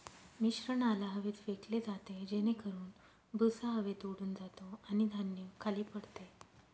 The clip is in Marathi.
मिश्रणाला हवेत फेकले जाते जेणेकरून भुसा हवेत उडून जातो आणि धान्य खाली पडते